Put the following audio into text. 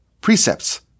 precepts